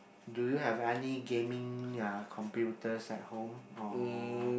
do you have any gaming uh computers at home or